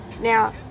now